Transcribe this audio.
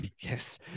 yes